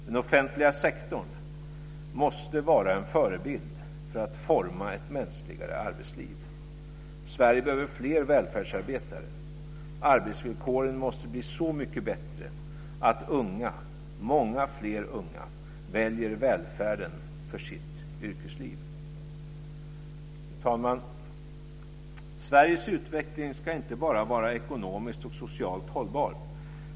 Den offentliga sektorn måste vara en förebild för att forma ett mänskligare arbetsliv. Sverige behöver fler välfärdsarbetare. Arbetsvillkoren måste bli så mycket bättre att många fler unga väljer välfärden för sitt yrkesliv. Fru talman! Sveriges utveckling ska inte bara vara ekonomiskt och socialt hållbar.